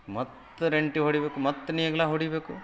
ಮತ್ತು ರಂಟೆ ಹೊಡಿಬೇಕು ಮತ್ತು ನೇಗ್ಲು ಹೊಡೀಬೇಕು